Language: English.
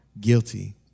guilty